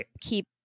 keep